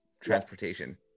transportation